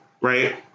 right